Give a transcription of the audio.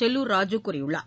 செல்லூர் ராஜு கூறியுள்ளார்